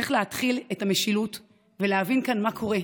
צריך להחיל את המשילות ולהבין כאן מה קורה.